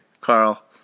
Carl